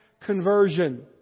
conversion